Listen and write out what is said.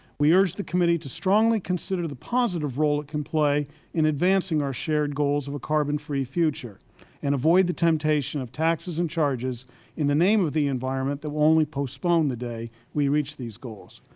we urge the committee to strongly consider the positive role it can play in advancing our shared goals of a carbon-free future and avoid the temptation of taxes and charges in the name of the environment that will only postpone the day we reach these goals.